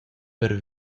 per